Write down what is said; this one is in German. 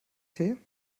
tee